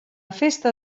festa